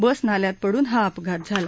बस नाल्यात पडून हा अपघात झाला